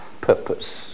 purpose